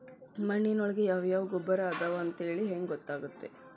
ಮಣ್ಣಿನೊಳಗೆ ಯಾವ ಯಾವ ಗೊಬ್ಬರ ಅದಾವ ಅಂತೇಳಿ ಹೆಂಗ್ ಗೊತ್ತಾಗುತ್ತೆ?